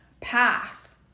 path